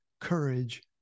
courage